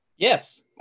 Yes